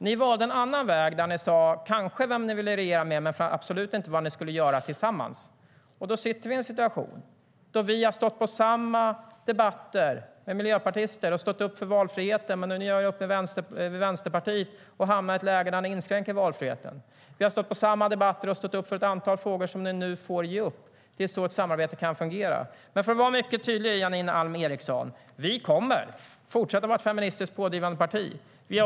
Ni valde en annan väg och sa vem ni kanske ville regera med men inte vad ni skulle göra tillsammans. Vi har stått på samma debatter med miljöpartister och stått upp för valfriheten, men nu gör ni upp med Vänsterpartiet och hamnar i ett läge där ni inskränker valfriheten. Vi har stått på samma debatter och stått upp för ett antal frågor som ni nu får ge upp. Så kan ett samarbete fungera. Låt mig vara mycket tydlig, Janine Alm Ericson : Vi kommer att fortsätta att vara ett feministiskt pådrivande parti.